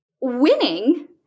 winning